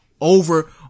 over